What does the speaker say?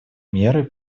мерой